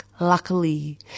luckily